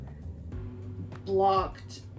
blocked